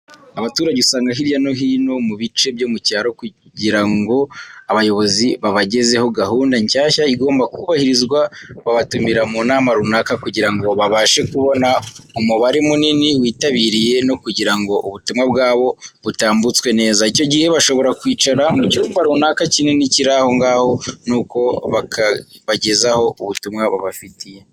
Abaturage usanga hirya no hino mu bice byo mu cyaro, kugira ngo abayobozi babagezeho gahunda nshyashya igomba kubahirizwa babatumira mu nama runaka kugira ngo babashe kubona umubare munini witabiriye no kugira ngo ubutumwa bwabo butambutswe neza. Icyo gihe bashobora kwicara mu cyumba runaka kinini kiri aho ngaho nuko bakabagezaho ubutumwa babafitiye.